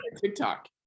TikTok